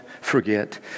forget